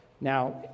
now